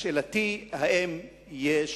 שאלתי היא, האם יש